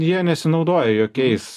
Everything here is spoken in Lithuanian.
jie nesinaudoja jokiais